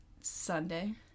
Sunday